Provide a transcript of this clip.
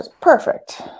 perfect